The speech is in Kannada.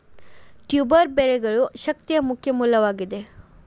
ಟ್ಯೂಬರ್ ಬೆಳೆಗಳು ಶಕ್ತಿಯ ಮುಖ್ಯ ಮೂಲವಾಗಿದೆ